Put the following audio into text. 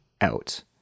out